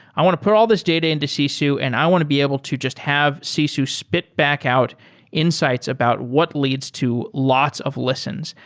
i want to put all these data into sisu and i want to be able to just have sisu spit back out insights about what leads to lots of listens.